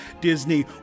disney